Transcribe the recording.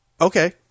okay